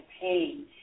pain